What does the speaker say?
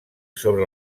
sobre